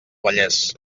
vallès